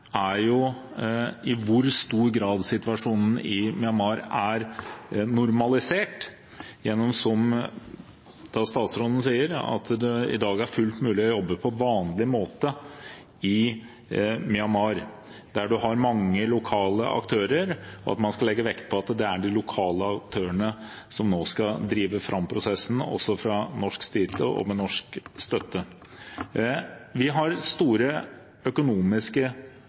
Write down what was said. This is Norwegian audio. i hvor stor grad situasjonen i Myanmar er normalisert, ved at det, som statsråden sier, i dag er fullt mulig å jobbe på vanlig måte i Myanmar, der en har mange lokale aktører, og at man skal legge vekt på at det er de lokale aktørene som nå skal drive fram prosessen også fra norsk side og med norsk støtte. Flere norske selskaper har store økonomiske